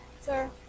sir